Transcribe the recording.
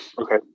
Okay